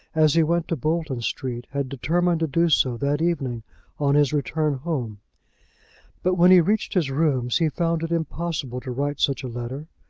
as he went to bolton street, had determined to do so that evening on his return home but when he reached his rooms he found it impossible to write such a letter.